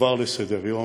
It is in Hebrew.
עבר מסדר-היום,